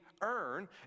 earn